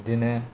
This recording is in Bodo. बिदिनो